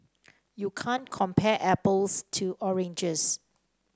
you can't compare apples to oranges